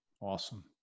Awesome